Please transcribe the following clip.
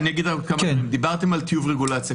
דיברתם על טיוב רגולציה.